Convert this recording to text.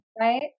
right